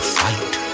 fight